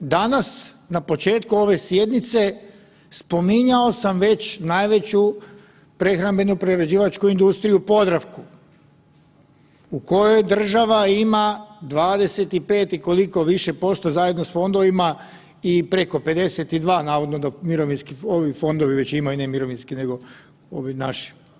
Danas na početku ove sjednice spominjao sam već najveću prehrambeno-prerađivačku industriju Podravku, u kojoj država ima 25 i koliko više posto zajedno s fondovima i preko 52 navodno da mirovinski ovi fondovi već imaju ne mirovinski nego ovi naši.